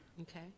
Okay